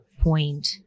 point